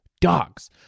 dogs